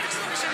בטח שזה משנה.